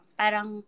parang